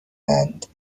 اند